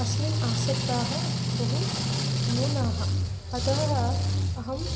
अस्मिन् आसक्ताः बहु न्यूनाः अतः अहं